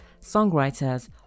songwriters